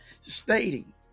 Stating